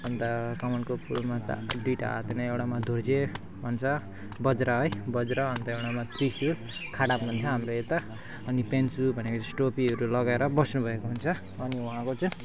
अन्त कमलको फुलमा त दुईवटा हातमा एउटामा धुर्जे हुन्छ वज्र है वज्र अन्त एउटामा त्रिशुल खाडाप भन्छ हाम्रो यता अनि पेन्सु भनेको चाहिँ टोपीहरू लगाएर बस्नुभएको हुन्छ अनि उहाँको चाहिँ